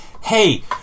Hey